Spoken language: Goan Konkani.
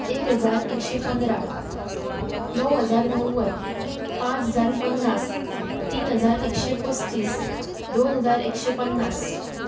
एक हजार एकशें पंदरां णव हजार णव्वद पांच हजार पन्नास तीन हजार एकशें पसतीस दोन हजार एकशें पन्नास